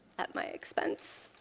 at my expense.